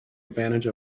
advantage